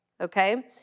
Okay